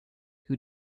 who